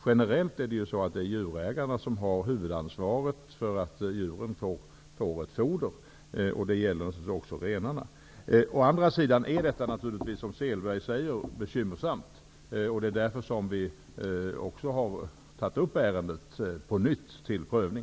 Generellt är det djurägarna som har huvudansvaret för att djuren får ett foder, vilket också gäller för renägarna. Å andra sidan är det, vilket Åke Selberg säger, bekymmersamt. Det är därför ärendet på nytt har tagits upp till prövning.